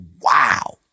wow